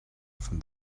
from